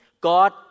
God